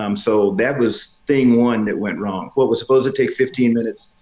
um so that was thing one that went wrong. what was supposed to take fifteen minutes,